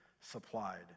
supplied